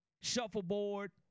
shuffleboard